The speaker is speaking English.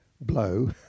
blow